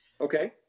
Okay